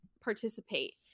participate